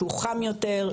שהוא חם יותר,